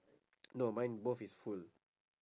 no mine both is full